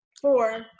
Four